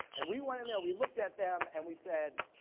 and we went in there, we looked at them, and we said,